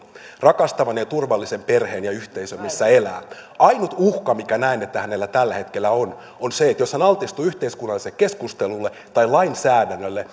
rakastavan ja turvallisen perheen ja yhteisön missä elää ainut uhka minkä näen että hänellä tällä hetkellä on on se jos hän altistuu yhteiskunnalliselle keskustelulle tai lainsäädännölle